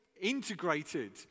integrated